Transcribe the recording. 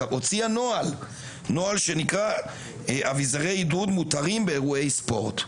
הוציאה נוהל שנקרא אביזרי עידוד מותרים באירועי ספורט.